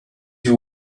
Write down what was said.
you